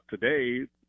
today